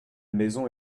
maison